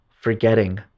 forgetting